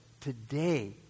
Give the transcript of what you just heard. today